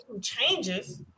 changes